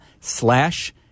slash